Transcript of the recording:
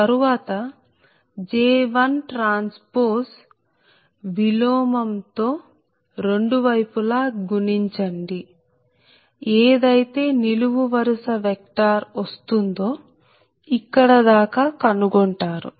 తరువాత J1T విలోమం తో రెండు వైపులా గుణించండి ఏదైతే నిలువు వరుస వెక్టార్ వస్తుందో ఇక్కడ దాకా కనుగొంటారు